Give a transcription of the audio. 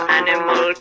animal